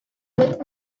with